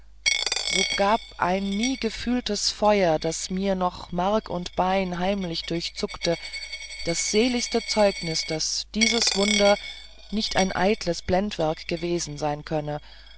so gab ein nie gefühltes feuer das mir noch mark und bein heimlich durchzuckte das seligste zeugnis daß dieses wunder nicht ein eitles blendwerk gewesen sein könne